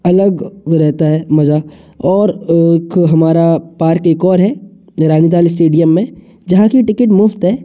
अलग वो रहता है मजा और वो एक हमारा पार्क एक और है रांगदाल स्टेडियम में जहाँ की टिकेट मुफ्त है